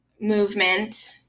movement